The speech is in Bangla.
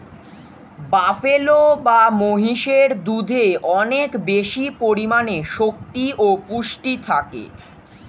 বাফেলো বা মহিষের দুধে অনেক বেশি পরিমাণে শক্তি ও পুষ্টি থাকে